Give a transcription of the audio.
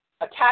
attack